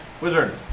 Wizard